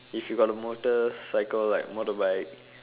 if you got the motorcycle like motorbike